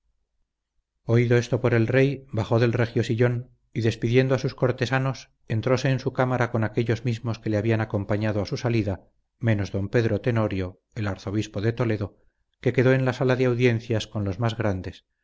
oído esto por el rey bajó del regio sillón y despidiendo a sus cortesanos entróse en su cámara con aquéllos mismos que le habían acompañado a su salida menos don pedro tenorio el arzobispo de toledo que quedó en la sala de audiencia con los más grandes